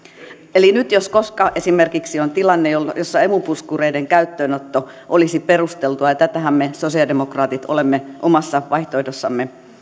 eli nyt jos koskaan esimerkiksi on tilanne jossa emu puskureiden käyttöönotto olisi perusteltua ja tätähän me sosialidemokraatit olemme omassa vaihtoehdossamme